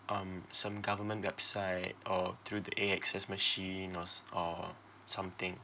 um some government website or through the A_X_S machines or some or something